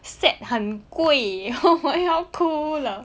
set 很贵我要哭了